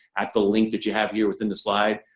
at the link that you have here within the slide.